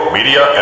Media